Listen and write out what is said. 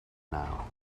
now